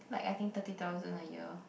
like I think thirty thousand a year